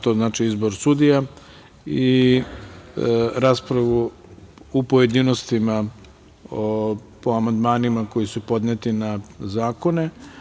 To znači izbor sudija i raspravu u pojedinostima, po amandmanima koji su podneti na zakone.